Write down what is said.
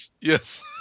yes